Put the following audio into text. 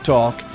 Talk